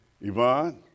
Yvonne